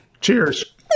Cheers